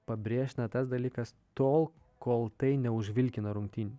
pabrėžtina tas dalykas tol kol tai neužvilkina rungtynių